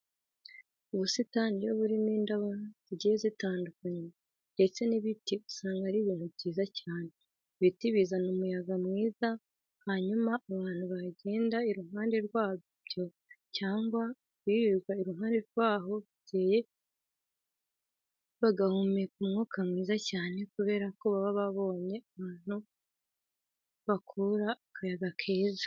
Ubusitani iyo burimo indabo zigiye zitandukanye ndetse n'ibiti usanga ari ibintu byiza cyane. Ibiti bizana umuyaga mwiza hanyuma abantu bagenda iruhande rwabyo cyangwa abirirwa iruhande rw'aho biteye bagahumeka umwuka mwiza cyane kubera ko baba babonye ahantu bakura akayaga keza.